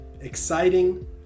exciting